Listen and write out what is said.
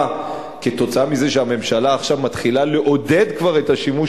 משום שהממשלה עכשיו מתחילה לעודד את השימוש,